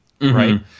right